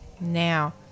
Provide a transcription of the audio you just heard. now